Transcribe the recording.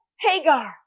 Hagar